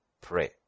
pray